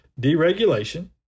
deregulation